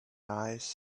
eyes